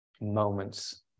moments